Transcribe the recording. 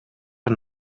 een